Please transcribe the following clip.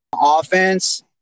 offense